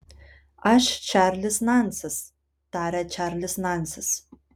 aš čarlis nansis tarė čarlis nansis